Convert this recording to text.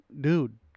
dude